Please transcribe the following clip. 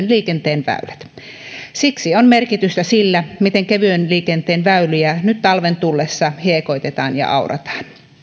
liikenteen väylät siksi on merkitystä sillä miten kevyen liikenteen väyliä nyt talven tullessa hiekoitetaan ja aurataan